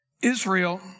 Israel